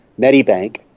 Medibank